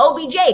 OBJ